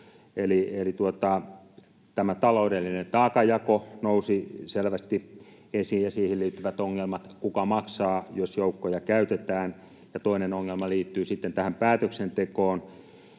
Eli tämä taloudellinen taakanjako nousi selvästi esiin ja siihen liittyvät ongelmat — kuka maksaa, jos joukkoja käytetään — ja toinen ongelma liittyy sitten tähän päätöksentekoon.